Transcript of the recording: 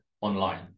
online